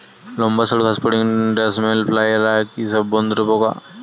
লম্বা সুড় ঘাসফড়িং ড্যামসেল ফ্লাইরা কি সব বন্ধুর পোকা?